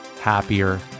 happier